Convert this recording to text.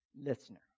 listener